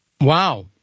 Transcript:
Wow